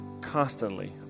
constantly